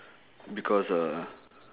because uh